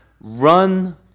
Run